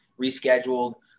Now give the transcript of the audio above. rescheduled